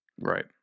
Right